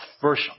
Verse